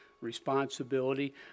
responsibility